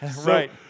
Right